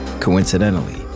Coincidentally